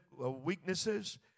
weaknesses